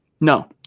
No